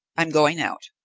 i am going out,